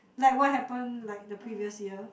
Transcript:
like what happened like the previous year